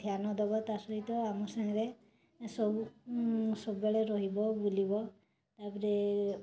ଧ୍ୟାନ ଦେବ ତା'ସହିତ ଆମ ସାଙ୍ଗରେ ସବୁ ସବୁବେଳେ ରହିବ ବୁଲିବ ତା'ପରେ